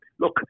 look